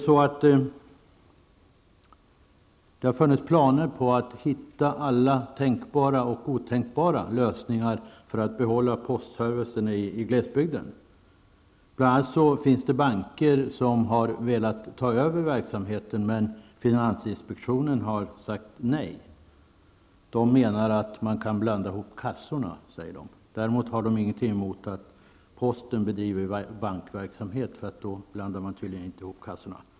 Försök har gjorts att finna alla tänkbara och otänkbara lösningar för att behålla postservicen i glesbygden. Bl.a. har banker velat ta över verksamheten, men finansinspektionen har då sagt nej med hänvisning till risken att man blandar ihop kassorna! Däremot har finansinspektionen ingenting emot att posten bedriver bankverksamhet -- då blandar man tydligen inte ihop kassorna.